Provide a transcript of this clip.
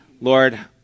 Lord